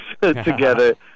together